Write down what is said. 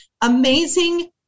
amazing